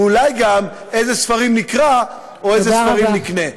ואולי גם איזה ספרים נקרא או איזה ספרים נקנה,